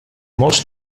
molts